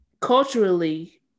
Culturally